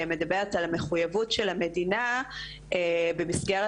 שמדברת על המחויבות של המדינה במסגרת